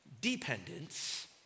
dependence